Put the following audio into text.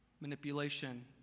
Manipulation